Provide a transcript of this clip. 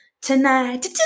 tonight